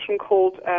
called